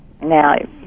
Now